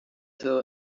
saw